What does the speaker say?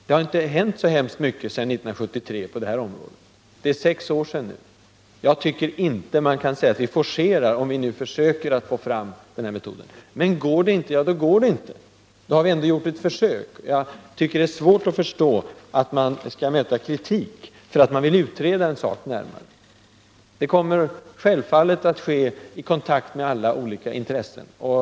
Det har inte hänt så mycket sedan 1973 på detta område; det har nu gått sex år. Jag tycker inte att man kan säga att vi forcerar, om vi försöker få fram denna metod. Går det inte, så går det inte, men då har vi ändå gjort ett försök. Det är svårt att förstå kritik för att man vill utreda en fråga. Detta kommer självfallet att ske i kontakt med alla möjliga intressenter på området.